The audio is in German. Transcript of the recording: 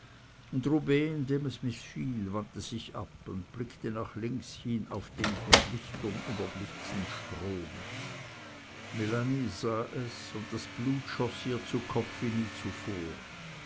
es mißfiel wandte sich ab und blickte nach links hin auf den von lichtern überblitzten strom melanie sah es und das blut schoß ihr zu kopf wie nie zuvor